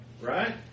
right